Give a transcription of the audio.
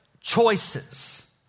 choices